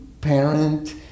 parent